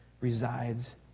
resides